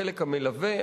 החלק המלווה,